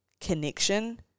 connection